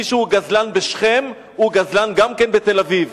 מי שהוא גזלן בשכם הוא גזלן גם בתל-אביב.